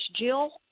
Jill